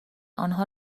آنها